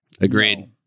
Agreed